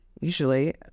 usually